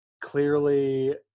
clearly